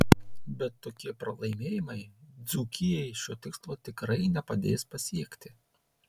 bet tokie pralaimėjimai dzūkijai šio tikslo tikrai nepadės pasiekti